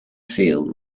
field